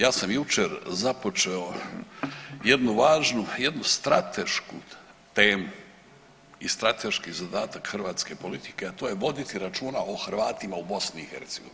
Ja sam jučer započeo jednu važnu, jednu stratešku temu i strateški zadatak hrvatske politike, a to je voditi računa o Hrvatima u BIH.